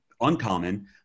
uncommon